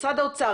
משרד האוצר,